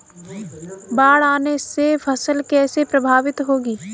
बाढ़ आने से फसल कैसे प्रभावित होगी?